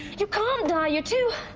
you can't die, you're too.